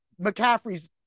McCaffrey's